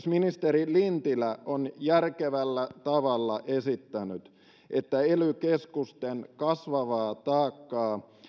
ministeri lintilä on järkevällä tavalla esittänyt että ely keskusten kasvavaa taakkaa